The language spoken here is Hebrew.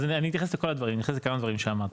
אז אני אתייחס לכל הדברים אני אתייחס לכמה דברים שאמרת,